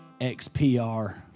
XPR